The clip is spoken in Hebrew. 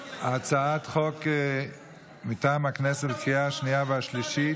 הצעות חוק מטעם הכנסת לקריאה השנייה והשלישית.